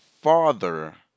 father